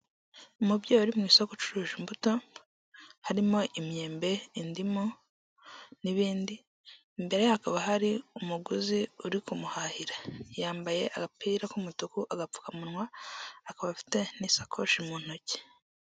Umubyeyi uri mu isoko ucuruza imbuto harimo imyembe, indimu n'ibindi imbere ye hakaba hari umuguzi uri kumuhahira, yambaye agapira k'umutuku, agapfukamunwa akaba afite n'isakoshi mu ntoki.